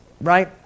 right